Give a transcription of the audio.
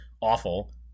awful